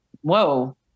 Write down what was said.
whoa